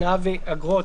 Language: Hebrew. תנאיו ואגרות),